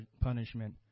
punishment